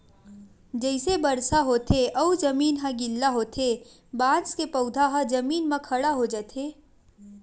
जइसे बरसा होथे अउ जमीन ह गिल्ला होथे बांस के पउधा ह जमीन म खड़ा हो जाथे